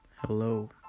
Hello